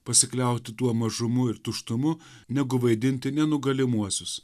pasikliauti tuo mažumu ir tuštumu negu vaidinti nenugalimuosius